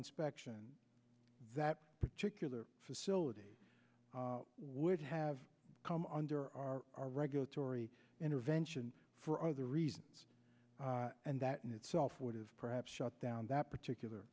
inspection that particular facility would have come under our regulatory intervention for other reasons and that in itself would have perhaps shut down that particular